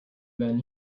been